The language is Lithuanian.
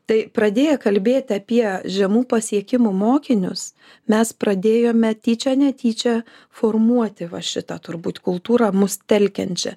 tai pradėję kalbėti apie žemų pasiekimų mokinius mes pradėjome tyčia netyčia formuoti va šitą turbūt kultūrą mus telkiančią